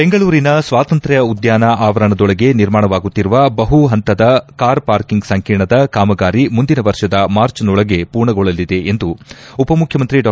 ಬೆಂಗಳೂರಿನ ಸ್ವಾತಂತ್ರ್ಯ ಉದ್ದಾನ ಆವರಣದೊಳಗೆ ನಿರ್ಮಾಣವಾಗುತ್ತಿರುವ ಬಹು ಹಂತದ ಕಾರ್ ಪಾರ್ಕಿಂಗ್ ಸಂಕೀರ್ಣದ ಕಾಮಗಾರಿ ಮುಂದಿನ ವರ್ಷದ ಮಾರ್ಚ್ ನೊಳಗೆ ಪೂರ್ಣಗೊಳ್ಳಲಿದೆ ಎಂದು ಉಪಮುಖ್ಯಮಂತ್ರಿ ಡಾ